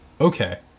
Okay